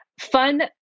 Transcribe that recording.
fun